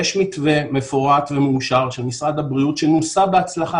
יש מתווה מפורט ומאושר של משרד הבריאות שנוסה בהצלחה,